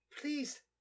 Please